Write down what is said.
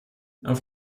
auf